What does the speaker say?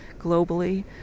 globally